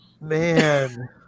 Man